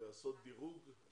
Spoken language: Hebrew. אני